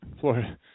Florida